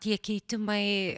tie keitimai